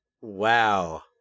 Wow